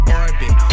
orbit